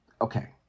Okay